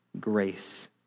grace